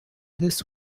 this